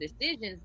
decisions